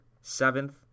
seventh